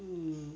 mm